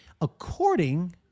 According